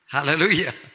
Hallelujah